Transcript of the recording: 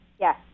Yes